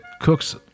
cooks